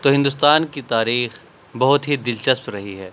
تو ہندوستان کی تاریخ بہت ہی دلچسپ رہی ہے